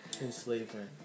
enslavement